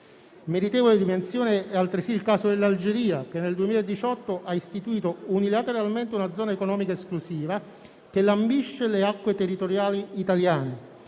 Meritevole di menzione è, altresì, il caso dell'Algeria, che nel 2018 ha istituito unilateralmente una zona economica esclusiva che lambisce le acque territoriali italiane